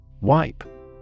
Wipe